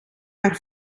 haar